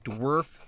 Dwarf